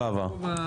לא עבר.